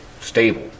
stable